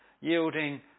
yielding